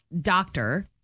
doctor